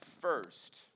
first